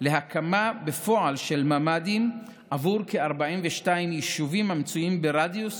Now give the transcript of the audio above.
להקמה בפועל של ממ"דים עבור כ-42 יישובים המצויים ברדיוס